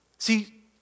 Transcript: See